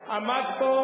תן לי את זה באישור.